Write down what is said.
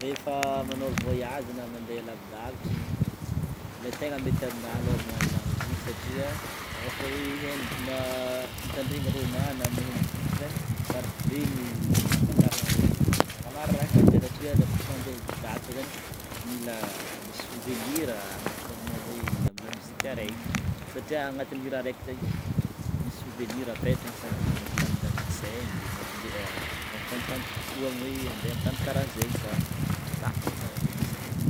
Rehefa manao voyazy na mandeha lavidavitra igny, le tegna mety aminah alôha magnano lamozika satria raha ohatra hoe hiheno ma- mitandregny roman na miheno boky zegny sarotro be ny ahafantarana hoe satria le kaofa mandeha dia lavitra zegny mila misy sovenira agnaty lohanao hoe amin'ny lamozika araiky satria agnatin'ny hira araiky zegny misy sovenira apetrany sady mampilamindamigny saigny no mampije- mampifantofantoko kokoa amin'ny hoe andeha amin'ny tany karahan'zegny zah de milamigny tsara be saignanao.